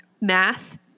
math